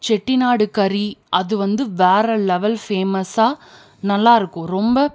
செட்டிநாடு கறி வந்து வேறு லெவல் ஃபேமஸாக நல்லாயிருக்கும் ரொம்ப